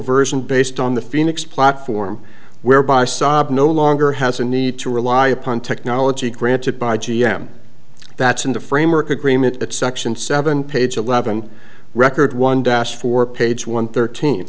version based on the phoenix platform whereby saab no longer has a need to rely upon technology granted by g m that's in the framework agreement at section seven page eleven record one dash for page one thirteen